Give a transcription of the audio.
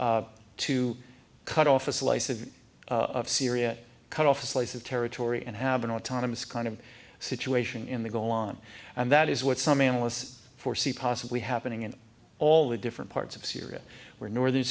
jews to cut off a slice of of syria cut off a slice of territory and have an autonomous kind of situation in the go on and that is what some analysts foresee possibly happening in all the different parts of syria where northern